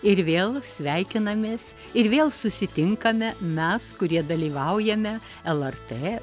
ir vėl sveikinamės ir vėl susitinkame mes kurie dalyvaujame lrt